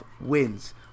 wins